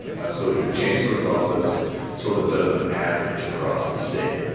absolutely. the chancellor's office sort of does an average across the state.